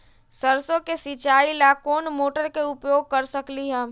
सरसों के सिचाई ला कोंन मोटर के उपयोग कर सकली ह?